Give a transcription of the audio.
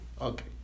Okay